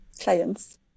clients